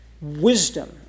wisdom